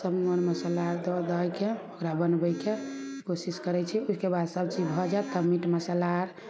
सब मर मसल्ला आर दऽ दायके ओकरा बनबैके कोशिश करै छी ओहिके बाद सब चीज भऽ जायत तब मीट मसल्ला आर